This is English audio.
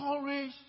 Courage